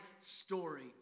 story